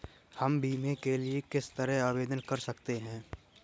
हम बीमे के लिए किस तरह आवेदन कर सकते हैं?